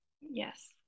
Yes